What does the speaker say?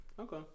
Okay